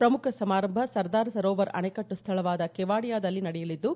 ಪ್ರಮುಖ ಸಮಾರಂಭ ಸರ್ದಾರ್ ಸರೋವರ್ ಅಣೆಕಟ್ಟು ಸ್ಥಳವಾದ ಕೆವಾಡಿಯಾದಲ್ಲಿ ನಡೆಯಲಿದ್ದು